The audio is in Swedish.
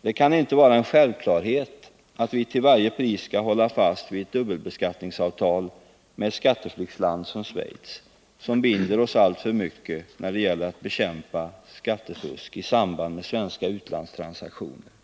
Det kan inte vara en självklarhet att vi till varje pris skall hålla fast vid ett dubbelbeskattningsavtal med ett skatteflyktsland som Schweiz, som binder oss alltför mycket när det gäller att bekämpa skattefusk i samband med svenska utlandstransaktioner.